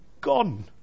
gone